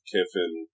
Kiffin